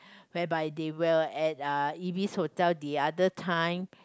whereby they will at Ibis hotel the other time